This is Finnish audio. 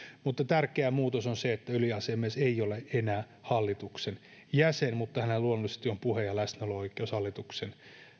tärkeä muutos on se että yliasiamies ei ole enää hallituksen jäsen mutta hänellä luonnollisesti on puhe ja läsnäolo oikeus hallituksen